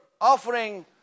offering